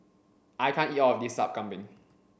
I can't eat all of this Sup Kambing